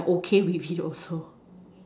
I'm okay with it also